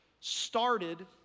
started